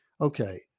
okay